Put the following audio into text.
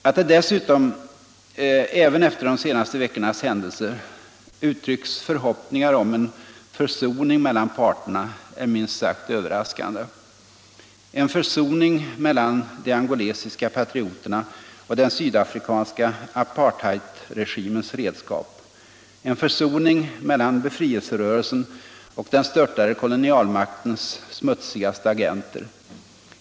Att det dessutom — även efter de senaste veckornas händelser — uttrycks förhoppningar om ”en försoning mellan parterna” är minst sagt överraskande. En försoning mellan de angolesiska patrioterna och den sydafrikanska apartheidregimens redskap! En försoning mellan befrielserörelsen och den störtade kolonialmaktens smutsigaste agenter!